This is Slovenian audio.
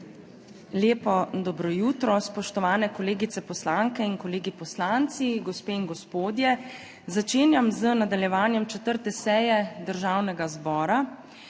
Lepo dobro jutro, spoštovani kolegice poslanke in kolegi poslanci, gospe in gospodje! Začenjam z nadaljevanjem 4. seje Državnega zbora.